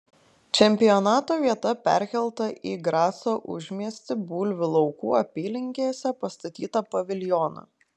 čempionato vieta perkelta į graco užmiestį bulvių laukų apylinkėse pastatytą paviljoną